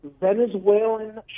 Venezuelan